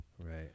Right